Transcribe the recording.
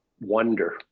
wonder